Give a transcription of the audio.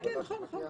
כן, כן, נכון.